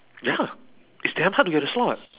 ya it's damn hard to get a slot